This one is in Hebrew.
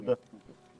תודה.